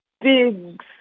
big